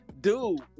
dude